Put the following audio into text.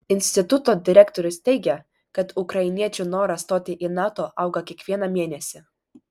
instituto direktorius teigia kad ukrainiečių noras stoti į nato auga kiekvieną mėnesį